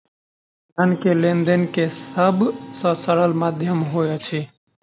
धन लेन देन के सब से सरल माध्यम होइत अछि